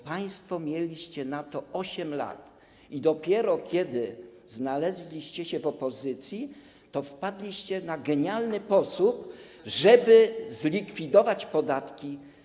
Państwo mieliście na to 8 lat i dopiero kiedy znaleźliście się w opozycji, wpadliście na genialny pomysł, żeby zlikwidować podatki.